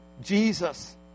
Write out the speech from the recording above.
Jesus